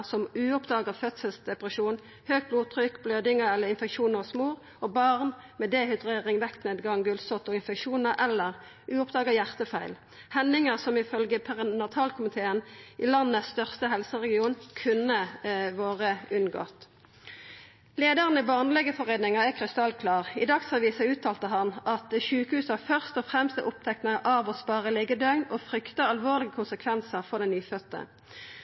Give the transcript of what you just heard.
som uoppdaga fødselsdepresjon, høgt blodtrykk, blødingar eller infeksjon hos mor, og om barn med dehydrering, vektnedgang, gulsott og infeksjonar eller uoppdaga hjartefeil, hendingar som ifølgje perinatalkomiteen i landets største helseregion kunne vore unngått. Leiaren i Norsk barnelegeforening er krystallklar. I Dagsavisen uttalte han at sjukehusa først og fremst er opptatt av å spara liggjedøgn, og han seier: «Vi frykter alvorlige konsekvenser for